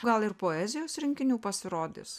gal ir poezijos rinkinių pasirodys